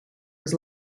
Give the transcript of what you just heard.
was